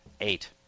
Eight